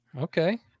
okay